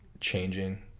changing